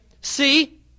See